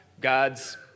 God's